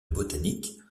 botanique